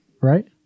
right